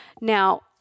Now